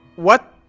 what